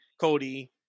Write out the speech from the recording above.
Cody